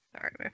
Sorry